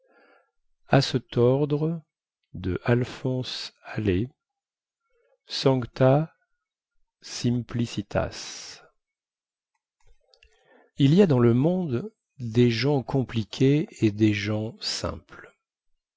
sancta simplicitas il y a dans le monde des gens compliqués et des gens simples